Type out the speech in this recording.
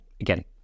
Again